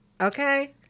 okay